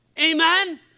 Amen